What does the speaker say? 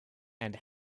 and